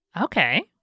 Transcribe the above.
Okay